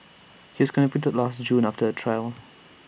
he was convicted last June after A trial